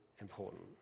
important